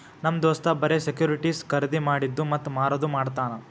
ನಮ್ ದೋಸ್ತ್ ಬರೆ ಸೆಕ್ಯೂರಿಟಿಸ್ ಖರ್ದಿ ಮಾಡಿದ್ದು ಮತ್ತ ಮಾರದು ಮಾಡ್ತಾನ್